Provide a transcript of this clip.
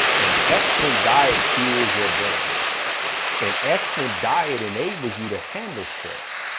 an excellent diet fuels your brain an excellent diet and they was you to handle stress.